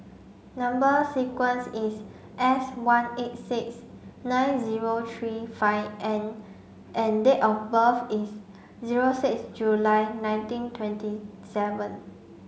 number sequence is S one eight six nine zero three five N and date of birth is zero six July nineteen twenty seven